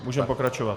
Můžeme pokračovat.